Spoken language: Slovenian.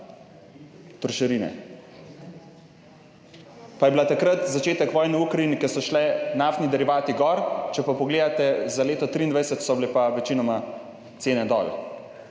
trošarine. Pa je bil takrat začetek vojne v Ukrajini, ko so šli naftni derivati gor, če pogledate za leto 2023, so bile pa večinoma cene dol.